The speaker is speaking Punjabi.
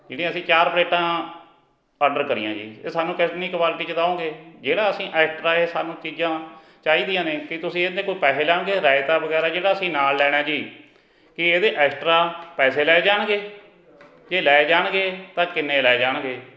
ਜਿਹੜੀਆਂ ਅਸੀਂ ਚਾਰ ਪਲੇਟਾਂ ਆਡਰ ਕਰੀਆਂ ਜੀ ਇਹ ਸਾਨੂੰ ਕਿਤਨੀ ਕੁਆਲਟੀ 'ਚ ਦਓਂਗੇ ਜਿਹੜਾ ਅਸੀਂ ਐਸਟਰਾ ਇਹ ਸਾਨੂੰ ਚੀਜ਼ਾਂ ਚਾਹੀਦੀਆਂ ਨੇ ਕੀ ਤੁਸੀਂ ਇਹਦੇ ਕੋਈ ਪੈਸੇ ਲੈਣਗੇ ਰਾਇਤਾ ਵਗੈਰਾ ਜਿਹੜਾ ਅਸੀਂ ਨਾਲ ਲੈਣਾ ਜੀ ਕੀ ਇਹਦੇ ਐਸਟਰਾ ਪੈਸੇ ਲਏ ਜਾਣਗੇ ਜੇ ਲਏ ਜਾਣਗੇ ਤਾਂ ਕਿੰਨੇ ਲਏ ਜਾਣਗੇ